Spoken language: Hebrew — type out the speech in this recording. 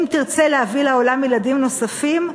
אם תרצה להביא לעולם ילדים נוספים,